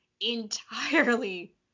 entirely